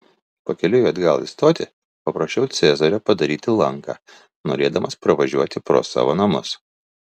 pakeliui atgal į stotį paprašiau cezario padaryti lanką norėdamas pravažiuoti pro savo namus